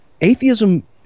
Atheism